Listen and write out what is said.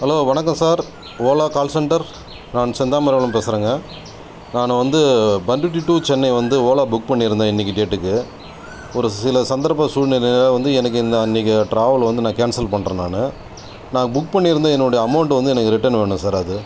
hello வணக்கம் sir Ola call centre நான் செந்தாமரைகுளம் பேசுகிறங்க நான் வந்து பண்ரூட்டி டு சென்னை வந்து ஓலா புக் பண்ணியிருந்தேன் இன்றைக்கி டேட்டுக்கு ஒரு சில சந்தர்ப்ப சூழ்நிலையால் வந்து எனக்கு அன்றைக்கு ட்ராவல் வந்து நான் கேன்சல் பண்ணுறேன் நான் நான் புக் பண்ணியிருந்தேன் என்னுடைய அமௌண்ட் வந்து எனக்கு ரிட்டர்ன் வேணும் சார் அது